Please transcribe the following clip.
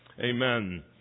Amen